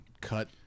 cut